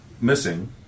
missing